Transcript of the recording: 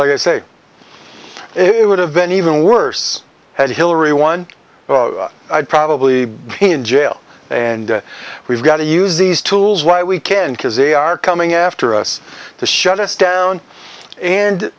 like i say it would have been even worse had hillary won i'd probably be in jail and we've got to use these tools why we can't because they are coming after us to shut us down and